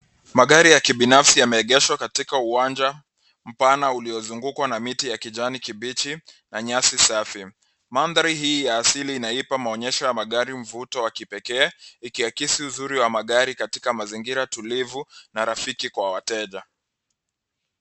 Magari ya kibinafsi yameegeshwa katika uwanja mpana uliozungukwa na miti ya kijani kibichi na nyasi safi. Mandhari hii ya asili inaipa maonyesho ya magari mvuto wa kipekee, ikiakisi uzuri wa magari katika mazingira tulivu na rafiki kwa wateja.